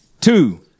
two